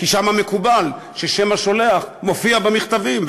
כי שם מקובל ששם השולח מופיע במכתבים,